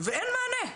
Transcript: ואין מענה.